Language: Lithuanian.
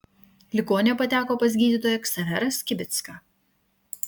ligonė pateko pas gydytoją ksaverą skibicką